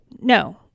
no